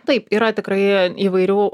taip yra tikrai įvairių